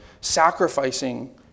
sacrificing